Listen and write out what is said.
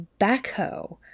backhoe